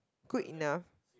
good enough